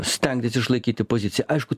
stengtis išlaikyti poziciją aišku